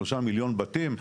שלושה מיליון בתים?